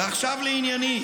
ועכשיו לענייני,